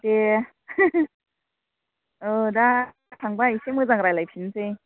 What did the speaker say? दे औ दा थांबा एसे मोजां रायज्लायफिननोसै